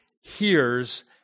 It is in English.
hears